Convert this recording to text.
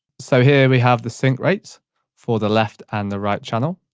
so here we have the sync rates for the left and the right channel.